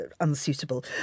unsuitable